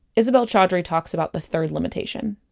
isabelle chaudry talks about the third limitation.